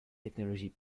technologie